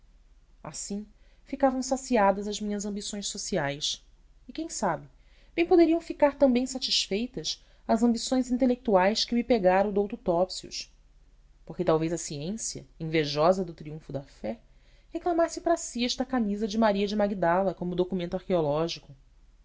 assim ficavam saciadas as minhas ambições sociais e quem sabe bem poderiam ficar também satisfeitas as ambições intelectuais que me pegara o douto topsius porque talvez a ciência invejosa do triunfo da fé reclamasse para si esta camisa de maria de magdala como documento arqueológico